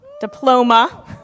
diploma